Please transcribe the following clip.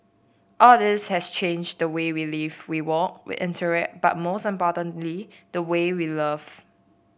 all this has changed the way we live we work we interact but most importantly the way we love